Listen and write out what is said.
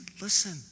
listen